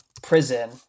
prison